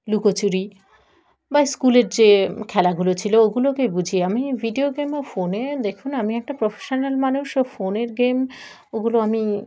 লুকোচুরি বা স্কুলের যে খেলাগুলো ছিলো ওগুলোকে বুঝি আমি ভিডিও গেম ও ফোনে দেখুন আমি একটা প্রফেশনাল মানুষ ও ফোনের গেম ওগুলো আমি